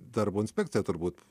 darbo inspekciją turbūt